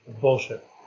Bullshit